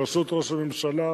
בראשות ראש הממשלה,